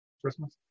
Christmas